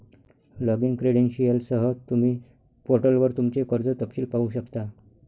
login क्रेडेंशियलसह, तुम्ही पोर्टलवर तुमचे कर्ज तपशील पाहू शकता